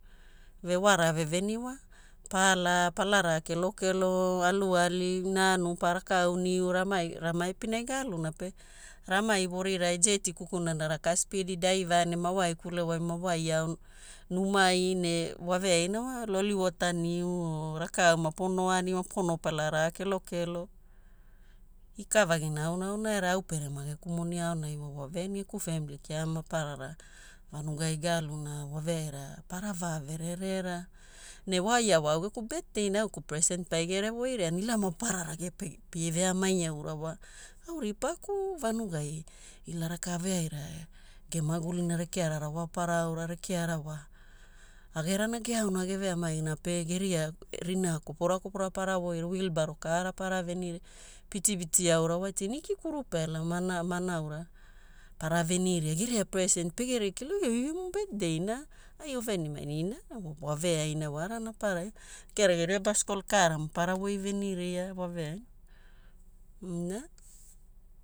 Vearara veveni wa! Pala, Pala raa kelokelo, aluali, nanu pa rakau niu ramai rama epinai galuna pe. Ramai pani rai jeti kukuna raka spidi, daiva ne wawaikule mawai ao, numai ne wave aina wa, loliwota miu oo nakau pono ani mapono pala ra kelokelo. Ikavagina auna auna era au pere mageku moni aonai wa geku femili kia mapaara vanugai gaaluna woveaina para vaa verere. Ne waia wa au geku betdei ne au geku presen paigere woiria, ila mapaara pia veamai aura wa au ripaku vanuai ila raka veaira gemagulina. Rekeara rawapara aura, rekeara wa, aagerana eana eveamaina pe geria ririwa kopura kopura para woiria. Wibaro kaara para veniria, pitipiti aura wa tiniki kurupela mana maanaura para veniria, geria preset pegene kila, e oi gemu betdei na ai ovenimaina. Ina waveaina wara napara iwa, rekeara geria baskol kaara ma paara woi veniria waveaina, ina.